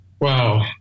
Wow